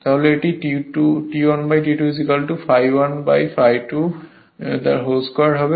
তাহলে এটি T1 T2 ∅1 ∅2² হবে